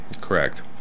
Correct